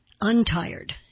untired